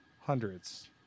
Hundreds